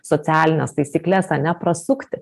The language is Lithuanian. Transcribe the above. socialines taisykles ane prasukti